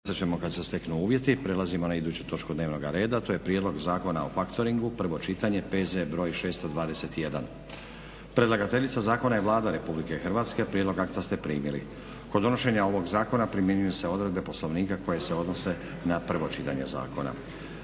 **Stazić, Nenad (SDP)** Prelazimo na iduću točku dnevnog reda, to je - Prijedlog Zakona o factoringu, prvo čitanje, P.Z. br. 621. Predlagateljica zakona je Vlada RH. Prijedlog akta ste primili. Kod donošenja ovog zakona primjenjuju se odredbe poslovnika koje se odnose na prvo čitanje zakona.